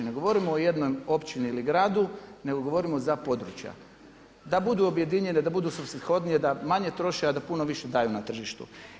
Ne govorimo o jednoj općini ili gradu nego govorimo za područja, da budu objedinjene, da budu svrsishodnije, a manje troše, a da puno više daju na tržištu.